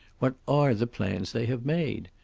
what are the plans they have made?